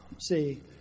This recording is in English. See